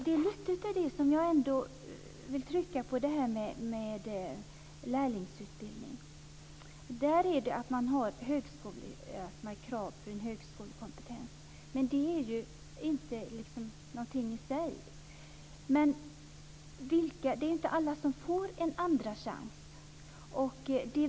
Det är lite av det som jag vill trycka på här när det gäller lärlingsutbildningen och kravet på högskolekompetens men det är ju inte alla som får en andra chans.